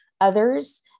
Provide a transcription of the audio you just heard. others